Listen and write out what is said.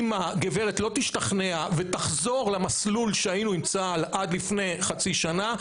אם הגברת לא תשתכנע ותחזור למסלול שהיינו אצלה עד לפני חצי שנה,